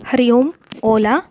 हरिः ओम् ओला